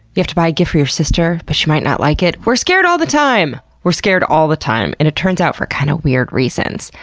you have to buy a gift for your sister but she might not like it. we're scared all the time! we're scared all the time, and it turns out, for kind of weird reasons.